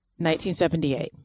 1978